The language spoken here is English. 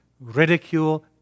ridicule